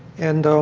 and